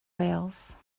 wales